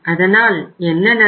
அதனால் என்ன நடக்கும்